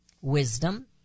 wisdom